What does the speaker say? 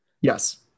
Yes